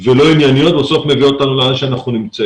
ולא ענייניות מביאות אותנו למקום בו אנחנו נמצאים.